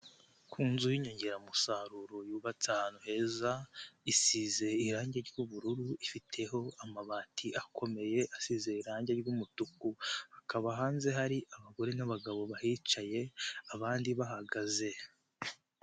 Ku nzu y'inyongeramusaruro yubatse ahantu heza, isize irangi ry'ubururu ifiteho amabati akomeye asize irangi ry'umutuku. Hakaba hanze hari abagore n'abagabo bahicaye abandi bahagaze.